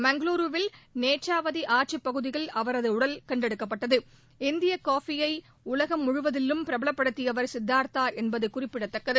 மங்களூரில் நேற்றாவதி ஆற்றப்பகுதியில் அவரது உடலம் கண்டெடுக்கப்பட்டது இந்திய காபி யை உலகம் முழுவதிலும் பிரபலப்படுத்தியவர் சித்தார்த்தா என்பது குறிப்பிடத்தக்கது